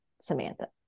Samantha